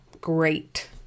great